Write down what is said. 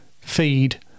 feed